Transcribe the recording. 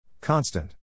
Constant